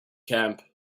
camp